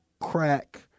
crack